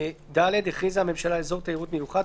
(ד)הכריזה הממשלה על אזור תיירות מיוחד,